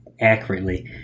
accurately